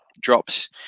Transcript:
drops